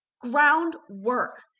Groundwork